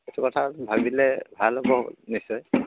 এইটো কথা ভাবিলে ভাল হ'ব নিশ্চয়